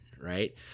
right